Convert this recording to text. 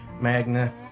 Magna